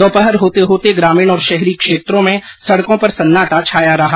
दोपहर होते होते ग्रामीण और शहरी क्षेत्रों में सड़कों पर सन्नाटा छाया रहा